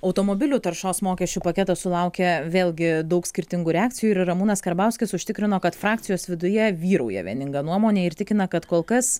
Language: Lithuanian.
automobilių taršos mokesčių paketas sulaukia vėlgi daug skirtingų reakcijų ir ramūnas karbauskis užtikrino kad frakcijos viduje vyrauja vieninga nuomonė ir tikina kad kol kas